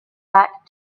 back